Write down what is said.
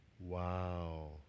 Wow